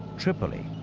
tripoli.